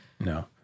No